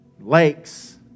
Lakes